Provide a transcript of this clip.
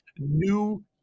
New